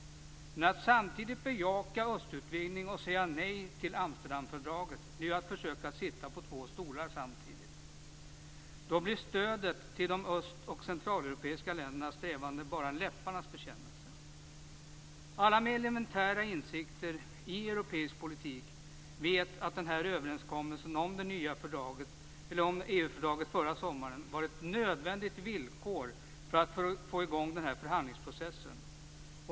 Att samtidigt bejaka östutvidgningen och säga nej till Amsterdamfördraget är att försöka sitta på två stolar samtidigt. Då blir stödet för de öst och centraleuropeiska ländernas strävanden bara en läpparnas bekännelse. Alla med elementära insikter i europeisk politik vet att överenskommelsen om EU-fördraget förra sommaren var ett nödvändigt villkor för att få i gång den här förhandlingsprocessen.